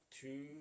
Two